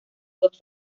dos